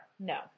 No